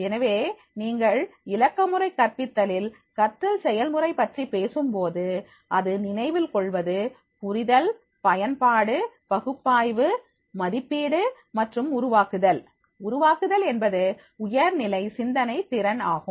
எனவே நீங்கள் இலக்கமுறை கற்பித்தலில் கற்றல் செயல்முறை பற்றி பேசும் போது அது நினைவில் கொள்வது புரிதல் பயன்பாடு பகுப்பாய்வு மதிப்பீடு மற்றும் உருவாக்குதல் உருவாக்குதல் என்பது உயர்நிலை சிந்தனை திறன் ஆகும்